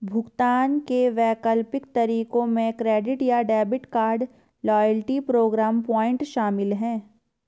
भुगतान के वैकल्पिक तरीकों में क्रेडिट या debit card, loyalty program point शामिल है